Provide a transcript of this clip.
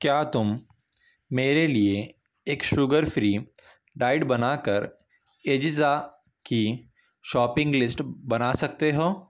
کیا تم میرے لیے ایک شوگر فری ڈائٹ بنا کر اجزا کی شاپنگ لسٹ بنا سکتے ہو